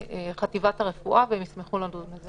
לחטיבת הרפואה והם ישמחו לדון בזה.